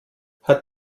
hat